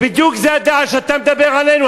בדיוק זאת הדעה שאתה מדבר עלינו.